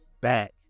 back